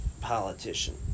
politician